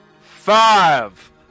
FIVE